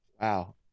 Wow